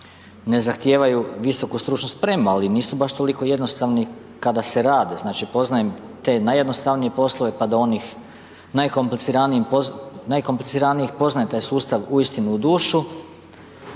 ne zahtijevaju visoku stručnu spremu ali nisu baš toliko jednostavni kada se rade, znači poznajem te najjednostavnije poslove pa do onih najkompliciranijih, poznajem taj sustav uistinu u dušu